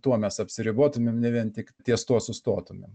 tuo mes apsiribotumėm vien tik ties tuo sustotumėm